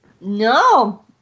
No